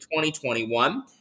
2021